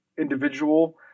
individual